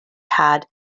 had